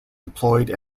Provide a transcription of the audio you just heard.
deployed